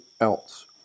else